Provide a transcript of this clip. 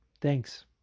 Thanks